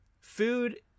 food